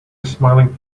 smiling